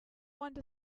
want